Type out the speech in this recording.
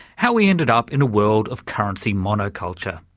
how we ended up in a world of currency monoculture.